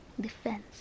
defense